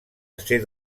ésser